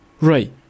Right